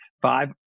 five